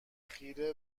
خیره